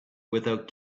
without